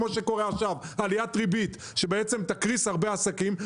כמו עליית הריבית שקורית עכשיו ותגרום לקריסה של הרבה עסקים.